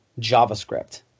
javascript